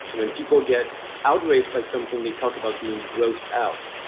so when people get outraged by something, they talk about being grosses out.